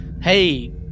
hey